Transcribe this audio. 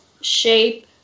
shape